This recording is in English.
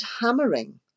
hammering